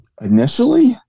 Initially